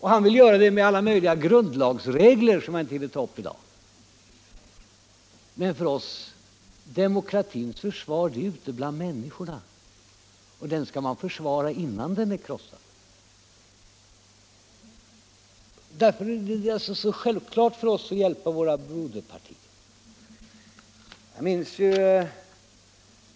Han vill göra det med alla möjliga grundlagsregler, som jag inte hinner ta upp i dag. Men vi vill försvara demokratin ute bland människorna, och den skall försvaras innan den är krossad. Därför är det så självklart för oss att hjälpa våra broderpartier.